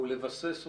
או לבסס אותה,